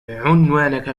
عنوانك